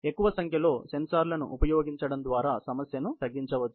ఎక్కువ సంఖ్యలో సెన్సార్లను ఉపయోగించడం ద్వారా సమస్యను తగ్గించవచ్చు